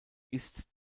ist